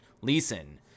Leeson